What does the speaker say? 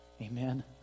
Amen